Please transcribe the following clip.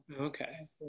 Okay